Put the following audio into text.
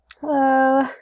Hello